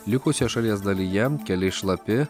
likusioje šalies dalyje keliai šlapi